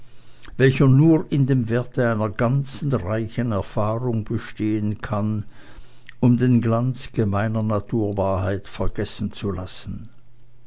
welcher nur in dem werte einer ganzen reichen erfahrung bestehen kann um den glanz gemeiner naturwahrheit vergessen zu lassen